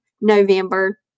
November